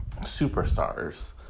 superstars